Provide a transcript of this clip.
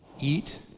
eat